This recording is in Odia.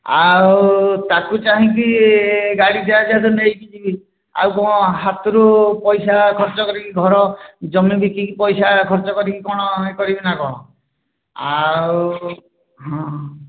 ଆଉ ତାକୁ ଚାହିଁକି ଗାଡି ଟିକାକ ନେଇକି ଯିବି ଆଉ କଣ ହାତରୁ ପଇସା ଖର୍ଚ କରିକି ଘର ଜମି ବିକିକି ପଇସା ଖର୍ଚ କରିକି କ'ଣ କରିବି ନା କ'ଣ ଆଉ ହଁ